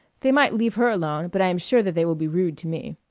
they might leave her alone, but i am sure that they will be rude to me.